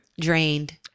Drained